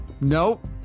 Nope